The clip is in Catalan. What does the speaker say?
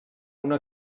una